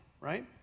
right